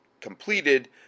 completed